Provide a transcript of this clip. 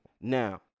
Now